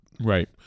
Right